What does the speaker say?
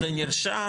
אם יבוא מישהו,